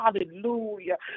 hallelujah